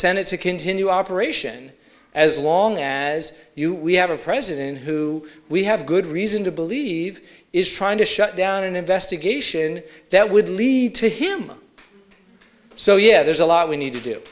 senate to continue operation as long as you we have a president who we have good reason to believe is trying to shut down an investigation that would lead to him so yeah there's a lot we need to do